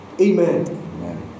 Amen